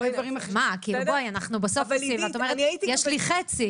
אנחנו בסוף עושים ואת אומרת שיש לך חצי.